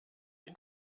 ihn